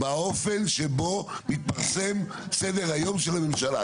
באופן שבו מתפרסם סדר היום של הממשלה.